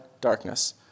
darkness